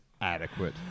adequate